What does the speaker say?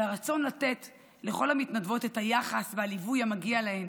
על הרצון לתת לכל המתנדבות את היחס והליווי המגיע להן,